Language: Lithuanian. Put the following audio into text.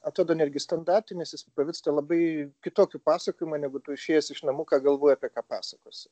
atrodo netgi standartinis jis pavirsta labai kitokiu pasakojimu negu tu išėjęs iš namų ką galvoji apie ką pasakosi